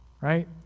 right